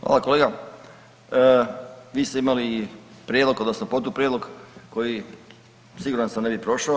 Hvala kolega, vi ste imali prijedlog odnosno protuprijedlog koji siguran sam ne bi prošao.